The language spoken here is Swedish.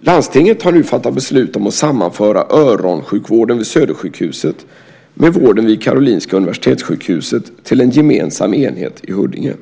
Landstinget har nu fattat beslut om att sammanföra öronsjukvården vid Södersjukhuset med vården vid Karolinska Universitetssjukhuset till en gemensam enhet i Huddinge.